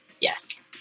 Yes